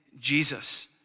Jesus